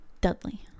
Dudley